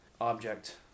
object